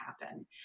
happen